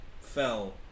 fell